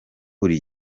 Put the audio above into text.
buri